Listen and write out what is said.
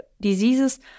diseases